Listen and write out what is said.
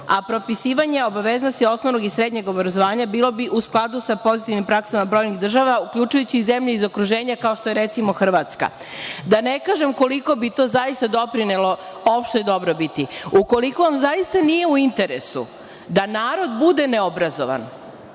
a propisivanje obaveznosti osnovnog i srednjeg obrazovanja bilo bi u skladu sa pozitivnim praksama brojnih država, uključujući i zemlje iz okruženja kao što je, recimo, Hrvatska. Da ne kažem koliko bi to zaista doprinelo opštoj dobrobiti. Ukoliko vam zaista nije u interesu da narod bude neobrazovan,